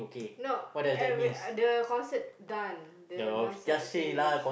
no average the concert done the concert finish